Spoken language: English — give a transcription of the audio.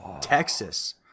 Texas